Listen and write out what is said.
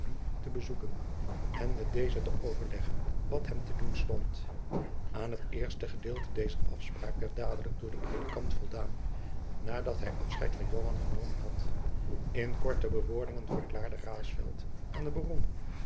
te bezoeken en met dezen te overleggen wat hem te doen stond aan het eerste gedeelte dezer afspraak werd dadelijk door den predikant voldaan nadat hij afscheid van joan genomen had in korte bewoordingen verklaarde raesfelt aan den baron